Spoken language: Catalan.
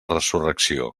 resurrecció